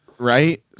Right